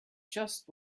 just